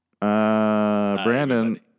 Brandon